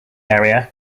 area